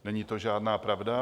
Není to žádná pravda.